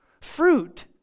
Fruit